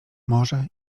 morze